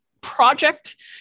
project